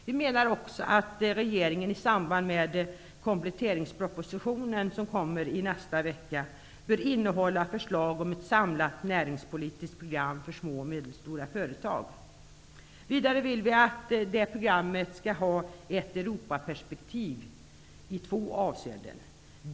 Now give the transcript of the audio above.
Vi menar också att kompletteringspropositionen som kommer i nästa vecka bör innehålla förslag om ett samlat näringspolitiskt program för små och medelstora företag. Vidare vill vi att det programmet skall ha ett Europaperspektiv i två avseenden.